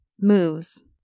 moves